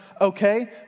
okay